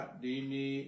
dini